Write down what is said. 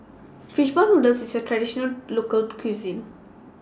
Fish Ball Noodles IS A Traditional Local Cuisine